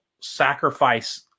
sacrifice